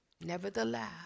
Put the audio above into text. nevertheless